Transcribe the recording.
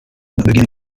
beginning